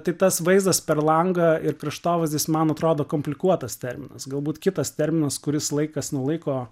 tai tas vaizdas per langą ir kraštovaizdis man atrodo komplikuotas terminas galbūt kitas terminas kuris laikas nuo laiko